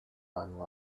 man